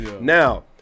Now